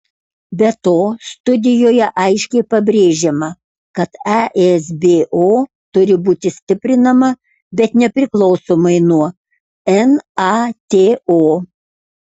be to studijoje aiškiai pabrėžiama kad esbo turi būti stiprinama bet nepriklausomai nuo nato